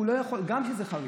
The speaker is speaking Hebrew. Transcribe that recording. הוא לא יכול, גם כשזה חריג.